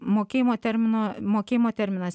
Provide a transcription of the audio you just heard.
mokėjimo termino mokėjimo terminas